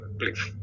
please